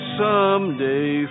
someday